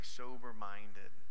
sober-minded